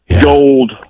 gold